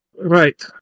Right